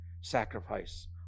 sacrifice